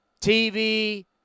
TV